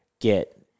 get